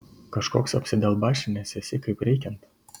kažkoks apsidalbašinęs esi kaip reikiant